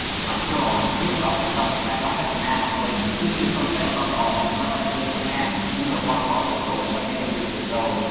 កន្ត្រកជ័រ ឬប្រអប់កាតុងដែលបានរចនាឡើងវិញ គឺជាសម្ភារៈដ៏ល្អសម្រាប់ដាក់គ្រឿងសម្អាង និងរបស់របរតូចៗឱ្យមានរបៀបរៀបរយ។